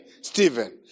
Stephen